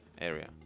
area